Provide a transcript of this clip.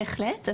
בהחלט,